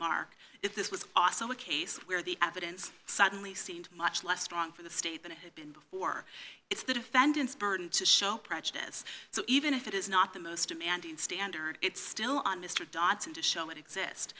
mark if this was awesome a case where the evidence suddenly seemed much less strong for the state than it had been before it's the defendant's burden to show prejudice so even if it is not the most demanding standard it's still on mr dodson to show it exist